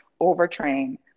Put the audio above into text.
overtrain